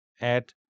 add